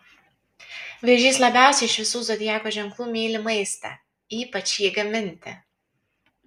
vėžys labiausiai iš visų zodiako ženklų myli maistą ypač jį gaminti